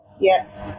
Yes